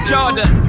Jordan